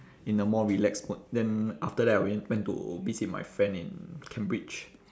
in a more relaxed mode then after that I went went to visit my friend in cambridge